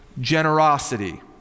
generosity